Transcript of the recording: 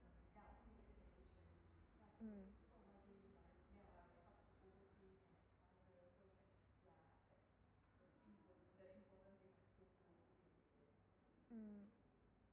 mm mm